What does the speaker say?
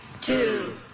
two